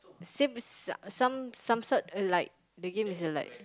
same uh some some sort alike the game is alike